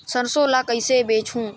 सरसो ला कइसे बेचबो?